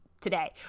today